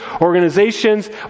organizations